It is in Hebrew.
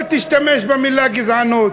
אל תשמש במילה גזענות.